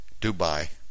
Dubai